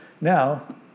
Now